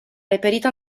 reperita